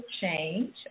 change